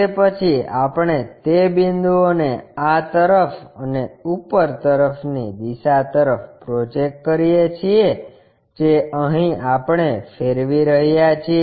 તે પછી આપણે તે બિંદુઓને આ તરફ અને ઉપર તરફ ની દિશા તરફ પ્રોજેકટ કરીએ છીએ જે અહીં આપણે ફેરવી રહ્યા છીએ